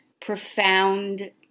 profound